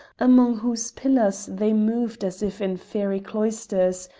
among whose pillars they moved as if in fairy cloisters,